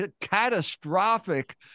catastrophic